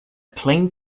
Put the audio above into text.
plain